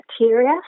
bacteria